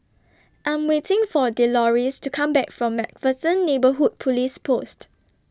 I Am waiting For A Deloris to Come Back from MacPherson Neighbourhood Police Post